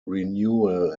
renewal